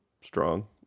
strong